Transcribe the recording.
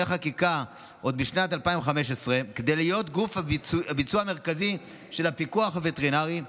חקיקה) עוד בשנת 2015 כדי להיות גוף הביצוע המרכזי של הפיקוח הווטרינרי,